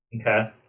Okay